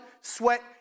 sweat